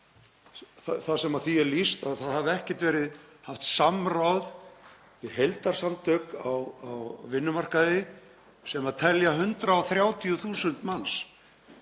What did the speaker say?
þar sem því er lýst að það hafi ekki verið haft samráð við heildarsamtök á vinnumarkaði sem telja 130.000 manns,